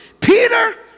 Peter